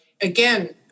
Again